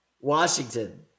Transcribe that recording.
Washington